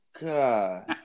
god